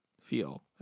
feel